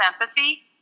empathy